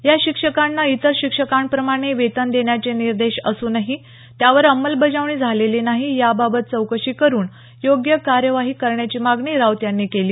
या शिक्षकांना इतर शिक्षकांप्रमाणे वेतन देण्याचे निर्देश असूनही त्यावर अंमलबजावणी झालेली नाही याबाबत चौकशी करून योग्य कार्यवाही करण्याची मागणी राऊत यांनी केली